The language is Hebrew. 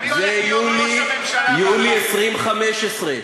זה יולי 2015. מי הולך להיות ראש הממשלה הבא?